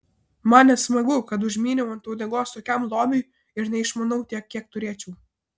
man nesmagu kad užmyniau ant uodegos tokiam lobiui ir neišmanau tiek kiek turėčiau